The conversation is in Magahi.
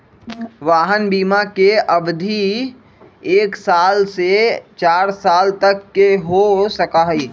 वाहन बिमा के अवधि एक साल से चार साल तक के हो सका हई